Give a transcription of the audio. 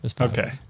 Okay